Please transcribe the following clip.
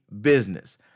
business